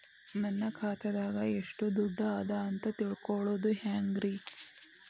ನನ್ನ ಖಾತೆದಾಗ ಎಷ್ಟ ದುಡ್ಡು ಅದ ಅಂತ ತಿಳಿಯೋದು ಹ್ಯಾಂಗ್ರಿ?